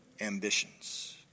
ambitions